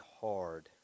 hard